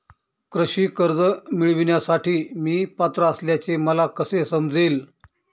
कृषी कर्ज मिळविण्यासाठी मी पात्र असल्याचे मला कसे समजेल?